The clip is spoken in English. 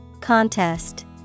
Contest